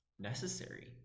necessary